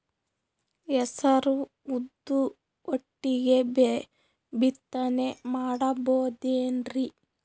ಹೆಸರು ಉದ್ದು ಒಟ್ಟಿಗೆ ಬಿತ್ತನೆ ಮಾಡಬೋದೇನ್ರಿ?